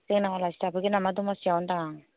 जोंनाव आलासि जाफैगोन नामा दमासियाव होनदों आं